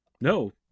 no